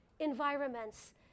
environments